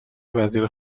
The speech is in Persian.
وزیر